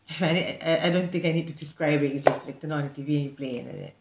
if I need I I don't think I need to describe it it's just you turn on the T_V and you playing like that